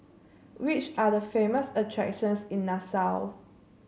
which are the famous attractions in Nassau